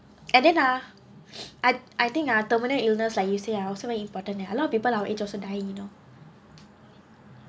and then ah I I think ah terminal illness like you say ah also very important eh a lot of people our age also dying you know